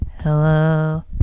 Hello